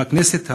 לא הכנסת,